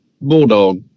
bulldog